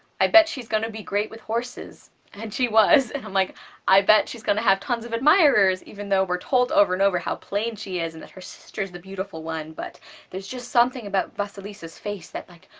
i bet she's gonna be great with horses and she was, and i'm like i bet she's gonna have tons of admirers, even though we're told over and over how plain she is and that her sister is the beautiful one, but there's just something about vasalisa's face that like,